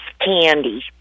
Candy